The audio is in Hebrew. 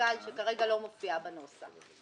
למנכ"ל שכרגע לא מופיע בנוסח.